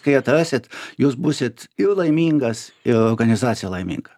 kai atrasit jūs būsit ir laimingas ir organizacija laiminga